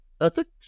ethics